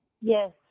Yes